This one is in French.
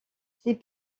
ces